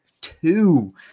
two